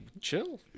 chill